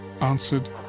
answered